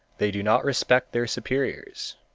they do not respect their superiors.